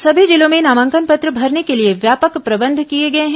सभी जिलों में नामांकन पत्र भरने के लिए व्यापक प्रबंध किए गए हैं